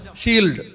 shield